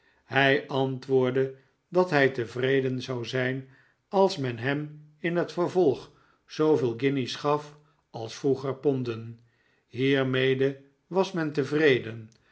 hij antwoordde dat hij tevreden zou zyn als men hem in het vervolg zooveel guinjes gaf als vroeger ponden hiermede was men tevreden